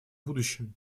будущем